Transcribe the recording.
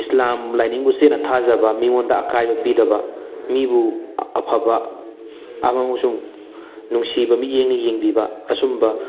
ꯏꯁꯂꯥꯝ ꯂꯥꯏꯅꯤꯡꯕꯨ ꯆꯦꯠꯅ ꯊꯥꯖꯕ ꯃꯤꯉꯣꯟꯗ ꯑꯀꯥꯏꯕ ꯄꯤꯗꯕ ꯃꯤꯕꯨ ꯑꯐꯕ ꯑꯃꯁꯨꯡ ꯅꯨꯡꯁꯤꯕ ꯃꯤꯠꯌꯦꯡꯅ ꯌꯦꯡꯕꯤꯕ ꯑꯆꯨꯝꯕ